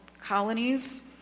colonies